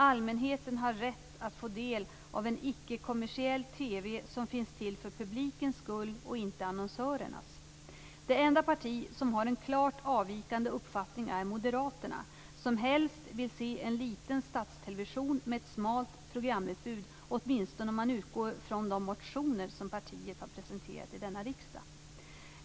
Allmänheten har rätt att få del av en icke-kommersiell TV som finns till för publikens skull, och inte annonsörernas. Det enda parti som har en klart avvikande uppfattning är Moderaterna, som helst vill se en liten statstelevision med ett smalt programutbud - åtminstone om man utgår från de motioner som partiet har presenterat i denna riksdag.